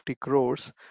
crores